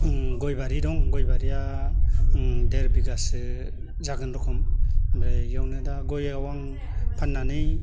ओम गयबारि दं गयबारिआ ओम देरबिगासो जागोन रखम ओमफ्राय इयावनो दा गयाव आं फाननानै